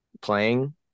playing